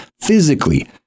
physically